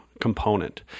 component